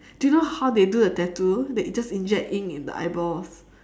do you know how they do the tattoo they just inject ink in the eyeballs